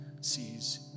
sees